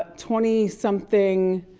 twenty something,